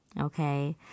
Okay